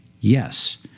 Yes